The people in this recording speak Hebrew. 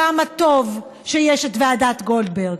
כמה טוב שיש את ועדת גולדברג.